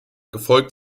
gefolgt